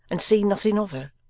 and seen nothing of her